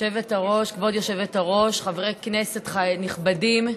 כבוד היושבת-ראש, חברי כנסת נכבדים,